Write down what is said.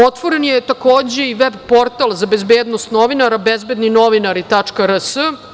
Otvoren je, takođe, i veb portal za bezbednost novinara, bezbedninovinari.rs.